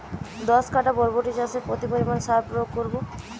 দশ কাঠা বরবটি চাষে কত পরিমাণ সার প্রয়োগ করব?